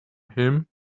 him